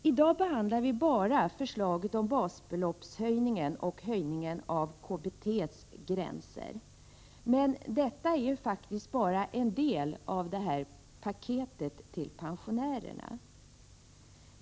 I dag behandlar vi bara förslaget om höjning av basbeloppet och av taket för KBT, men detta är faktiskt bara en del av paketet till pensionärerna.